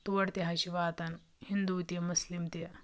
توڑ تہِ حظ چھِ واتان ہِندوٗ تہِ مُسلم تہِ